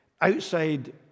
outside